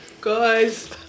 Guys